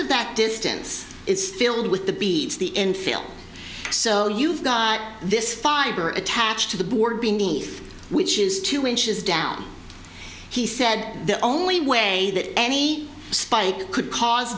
of that distance is filled with the beads the end feel so you've got this fiber attached to the board beneath which is two inches down he said the only way that any spike could cause